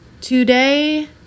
today